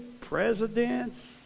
presidents